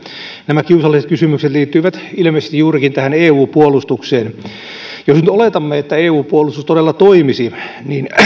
nämä kiusalliset kysymykset liittyvät ilmeisesti juurikin tähän eu puolustukseen jos nyt oletamme että eu puolustus todella toimisi niin